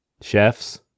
Chefs